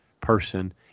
person